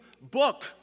book